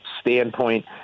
standpoint